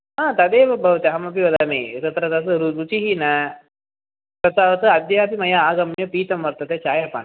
आ तदेव भवती अहमपि वदामि तत्र तद् रुचिः न तत्तावत् अद्यापि मया आगम्य पीतं वर्तते चायपानं